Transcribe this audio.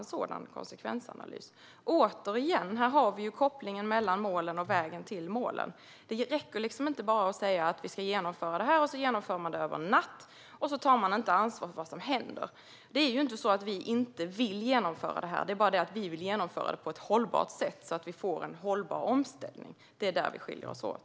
Här har vi återigen en koppling mellan målen och vägen till målen. Det räcker inte att bara säga att man ska genomföra något för att sedan genomföra det över en natt. Då tar man inte ansvar för vad som händer. Det är inte så att vi inte vill genomföra detta. Men vi vill genomföra det på ett hållbart sätt så att vi får en hållbar omställning. Det är där vi skiljer oss åt.